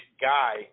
guy